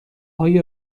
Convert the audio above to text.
های